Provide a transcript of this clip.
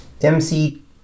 MC